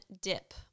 dip